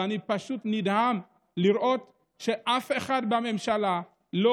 ואני פשוט נדהם לראות שאף אחד בממשלה לא